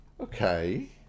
Okay